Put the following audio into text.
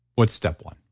what's step one?